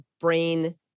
brain